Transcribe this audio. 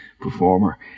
performer